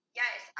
yes